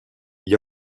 gli